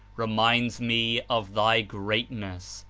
reminds me of thy greatness,